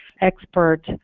expert